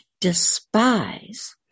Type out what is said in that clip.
despise